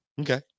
okay